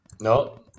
no